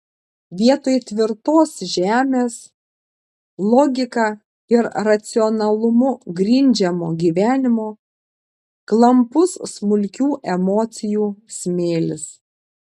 vietoj tvirtos žemės logika ir racionalumu grindžiamo gyvenimo klampus smulkių emocijų smėlis